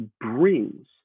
brings